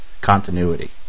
continuity